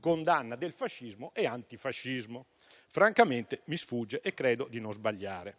condanna del fascismo e antifascismo: francamente mi sfugge e credo di non sbagliare.